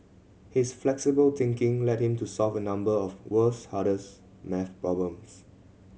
his flexible thinking led him to solve a number of world's hardest maths problems